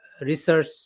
research